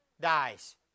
Dies